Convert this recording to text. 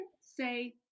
say